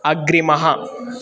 अग्रिमः